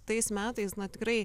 tais metais na tikrai